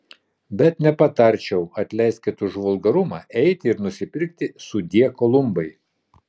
bet nepatarčiau atleiskit už vulgarumą eiti ir nusipirkti sudie kolumbai